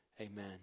Amen